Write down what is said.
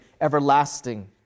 everlasting